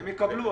והם יקבלו.